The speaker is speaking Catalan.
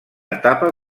etapa